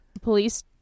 police